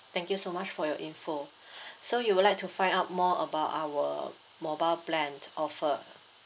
thank you so much for your information so you would like to find out more about our mobile plan offer